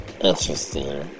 interesting